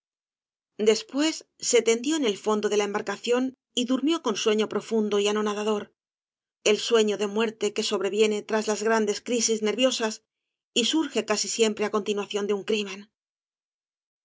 después se tendió en el fondo de la embarcación y durmió con sueño profundo y anonadador el sueño de muerte que sobreviene tras las grandes crisis nerviosas y surge casi siempre á continuación de un crimen